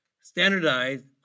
standardized